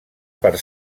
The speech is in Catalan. per